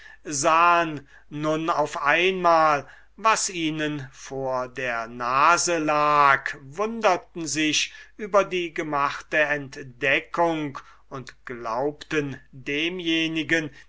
sahen nun auf einmal was ihnen vor der nase lag verwunderten sich der gemachten entdeckung und glaubten demjenigen